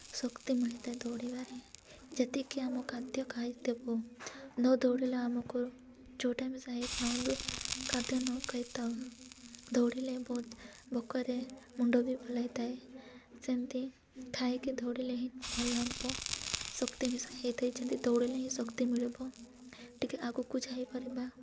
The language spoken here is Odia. ଶକ୍ତି ମିଳିଥାଏ ଦୌଡ଼ିବାରେ ଯେତିକି ଆମ ଖାଦ୍ୟ ଖାଇଦେବୁ ନ ଦୌଡ଼ିଲେ ଆମକୁ ଯେଉଁଟା ମିଶା ନ ଖାଦ୍ୟ ନ ଖାଇଥାଉ ଦୌଡ଼ିଲେ ବହୁତ ଭୋକରେ ମୁଣ୍ଡ ବି ବୁଲାଇଥାଏ ସେମିତି ଖାଇକି ଦୌଡ଼ିଲେ ହିଁ ଭଲ ଲାଗିବ ଶକ୍ତି ମିଶା ହୋଇଥାଏ ଯେମିତି ଦୌଡ଼ିଲେ ହିଁ ଶକ୍ତି ମିଳିବ ଟିକିଏ ଆଗକୁ ଯାଇପାରିବା